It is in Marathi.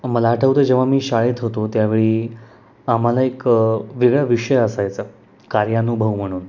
मला आठवतं जेव्हा मी शाळेत होतो त्यावेळी आम्हाला एक वेगळा विषय असायचा कार्यानुभव म्हणून